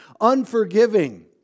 unforgiving